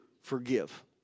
forgive